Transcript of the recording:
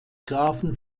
grafen